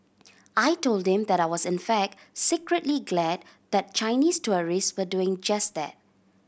I told them that I was in fact secretly glad that Chinese tourists were doing just that